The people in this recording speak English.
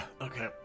Okay